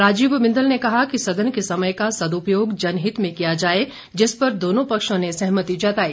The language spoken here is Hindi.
राजीव बिंदल ने कहा कि सदन के समय का सदुपयोग जनहित में किया जाए जिस पर दोनों पक्षों ने सहमति जताई